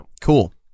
cool